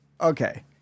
okay